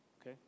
Okay